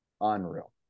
unreal